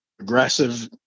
aggressive